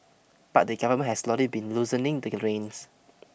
but the government has slowly been loosening the reins